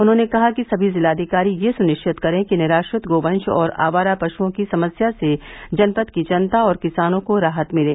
उन्होंने कहा कि सभी जिलाधिकारी यह सुनिश्चित करें कि निराश्रित गोवंश और आवारा पश्क्रों की समस्या से जनपद की जनता और किसानों को राहत मिले